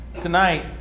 Tonight